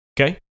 Okay